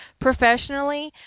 professionally